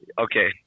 Okay